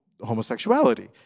homosexuality